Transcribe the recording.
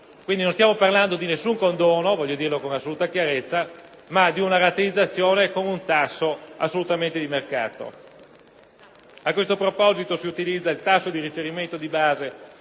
Quindi, non stiamo parlando di nessun condono - voglio dirlo con assoluta chiarezza - ma di una rateizzazione con un tasso assolutamente di mercato. A questo proposito, si utilizza il tasso di riferimento di base